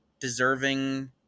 deserving